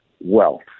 wealth